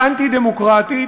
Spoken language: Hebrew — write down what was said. האנטי-דמוקרטית,